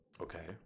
Okay